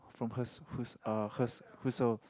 from huss~ huss~ uh huss~ Husserl